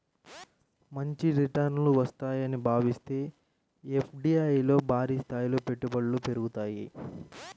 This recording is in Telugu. మంచి రిటర్నులు వస్తాయని భావిస్తే ఎఫ్డీఐల్లో భారీస్థాయిలో పెట్టుబడులు పెరుగుతాయి